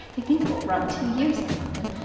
they think it will run two years in london.